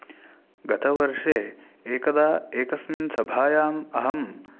गतवर्षे एकदा एकस्मिन् सभायाम् अहम्